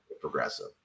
Progressive